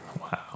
Wow